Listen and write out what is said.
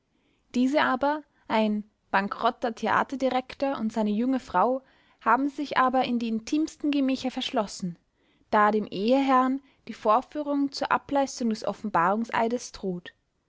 diese aber ein bankerotter theaterdirektor und seine junge frau haben sich aber in die intimsten gemächer verschlossen da dem eheherrn die vorführung zur ableistung des offenbarungseides droht